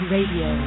Radio